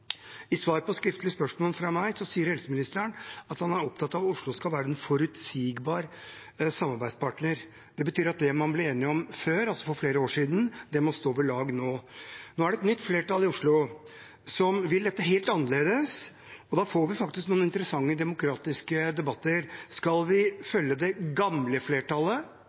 I svar på skriftlig spørsmål fra meg sier helseministeren at han er opptatt av at Oslo skal være en forutsigbar samarbeidspartner. Det betyr at det man ble enig om før, altså for flere år siden, må stå ved lag nå. Nå er det et nytt flertall i Oslo, som vil dette helt annerledes, og da får vi noen interessante demokratiske debatter. Skal vi følge det gamle flertallet